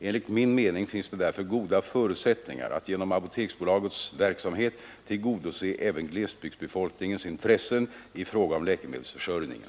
Enligt min mening finns det därför goda förutsättningar att genom Apoteksbolagets verksamhet tillgodose även glesbygdsbefolkningens intressen i fråga om läkemedelsförsörjningen.